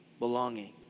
belonging